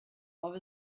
love